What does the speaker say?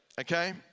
okay